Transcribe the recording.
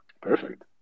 perfect